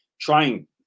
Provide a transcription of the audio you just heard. trying